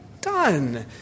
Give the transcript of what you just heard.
done